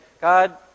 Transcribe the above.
God